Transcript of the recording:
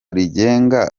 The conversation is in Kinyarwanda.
rigenga